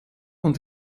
und